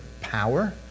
power